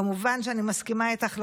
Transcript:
כמובן שאני מסכימה איתך לחלוטין,